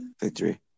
victory